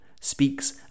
speaks